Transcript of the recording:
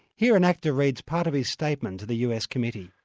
here an actor reads part of his statement to the us committee.